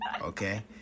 Okay